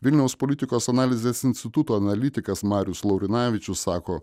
vilniaus politikos analizės instituto analitikas marius laurinavičius sako